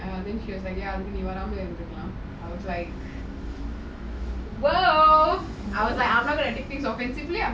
well I was like !whoa! I'm not gonna take things offensively lah I'm just going to take it one year and maybe done the other ya uh it doesn't make sense